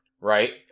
Right